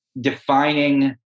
defining